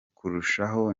kurushaho